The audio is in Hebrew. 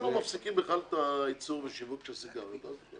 לא מפסיקים בכלל את הייצור והשיווק של סיגריות?